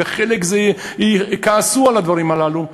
וחלק כעסו על הדברים הללו,